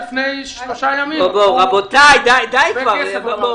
רבותיי, די כבר.